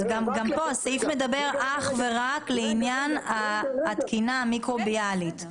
גם פה הסעיף מדבר אך ורק לעניין התקינה המיקרוביאלית.